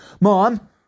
Mom